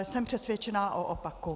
Jsem přesvědčena o opaku.